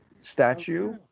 statue